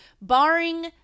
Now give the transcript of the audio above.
barring